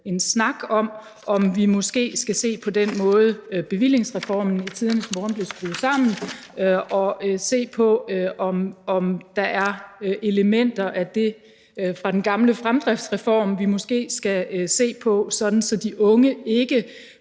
en snak om, om vi måske skal se på den måde, bevillingsreformen i tidernes morgen blev skruet sammen på, og se på, om der er elementer af det fra den gamle fremdriftsreform, vi måske skal se på, sådan at de unge ikke